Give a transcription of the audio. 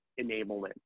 enablement